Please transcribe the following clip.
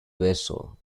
vessel